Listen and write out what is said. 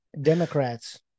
Democrats